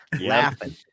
laughing